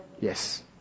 Yes